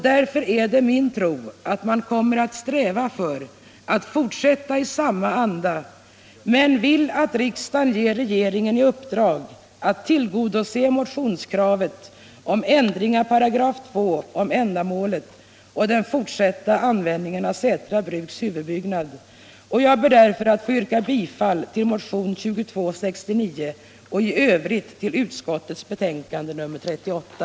Därför är det min tro att man kommer att sträva efter att fortsätta i samma anda. Men vi vill att riksdagen ger regeringen i uppdrag alt tillgodose motionskravet om ändring av 2 5 i den stadga som skall gälla för Allmänna barnhusets fond och den fortsatta användningen av Sätra bruks huvudbyggnad. Jag ber därför att härvidlag få yrka bifall till motionen 2269 och i övrigt bifall till socialutskottets hemställan i betänkandet nr 38.